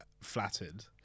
flattered